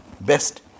best